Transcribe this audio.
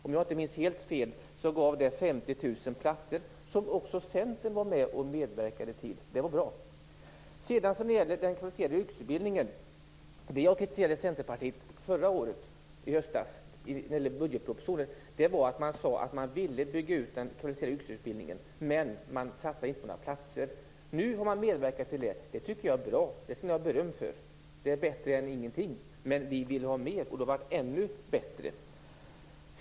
Om jag inte minns helt fel gav det 50 000 platser som också Centern medverkade till. Det var bra. Sedan gällde det den kvalificerade yrkesutbildningen. Det jag kritiserade Centerpartiet för i höstas, i samband med budgetpropositionen, var att man sade att man ville bygga ut den kvalificerade yrkesutbildningen, men man satsade inte på några platser. Nu har man medverkat till det. Det tycker jag är bra. Det skall ni ha beröm för. Det är bättre än ingenting, men vi vill ha mer. Och det hade varit ännu bättre.